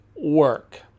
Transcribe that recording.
work